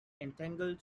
entitled